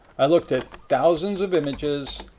i looked at thousands of images